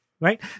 Right